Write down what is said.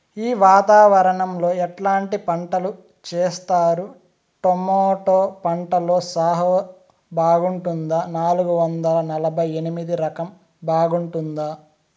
ఈ వాతావరణం లో ఎట్లాంటి పంటలు చేస్తారు? టొమాటో పంటలో సాహో రకం బాగుంటుందా నాలుగు వందల నలభై ఎనిమిది రకం బాగుంటుందా?